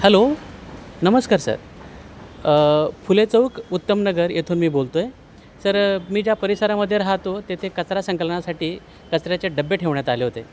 hello नमस्कार sir Phule Chowk Uttam Nagar येथून मी बोलतो आहे सर मी ज्या परिसरामध्ये राहतो तेथे कचरा संकलनासाठी कचऱ्याचे डब्बे ठेवण्यात आले होते